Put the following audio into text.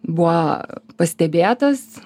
buvo pastebėtas